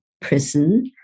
prison